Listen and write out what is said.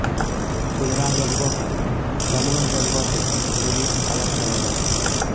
खुदरा बैको के सामान्य बैंको के श्रेणी से अलग करलो जाय छै